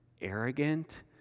arrogant